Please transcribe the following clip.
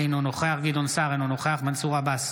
אינו נוכח גדעון סער, אינו נוכח מנסור עבאס,